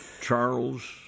Charles